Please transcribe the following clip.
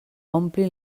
ompli